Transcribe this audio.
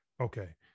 okay